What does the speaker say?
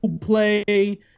Play